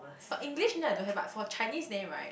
for English I don't have but for Chinese name right